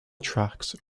tracks